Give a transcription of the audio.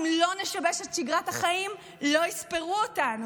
אם לא נשבש את שגרת החיים, לא יספרו אותנו.